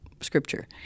scripture